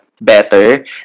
Better